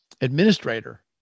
administrator